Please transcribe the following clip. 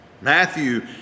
Matthew